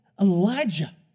Elijah